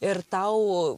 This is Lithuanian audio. ir tau